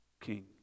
king